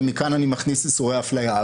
ומכאן אני מכניס איסורי אפליה.